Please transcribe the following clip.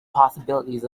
possibilities